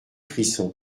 frisson